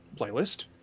Playlist